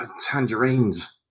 tangerines